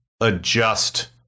adjust